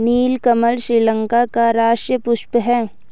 नीलकमल श्रीलंका का राष्ट्रीय पुष्प है